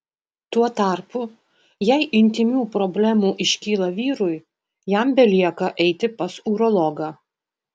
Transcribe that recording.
tuo tarpu jei intymių problemų iškyla vyrui jam belieka eiti pas urologą